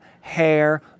hair